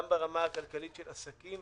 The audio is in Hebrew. גם ברמה הכלכלית של עסקים,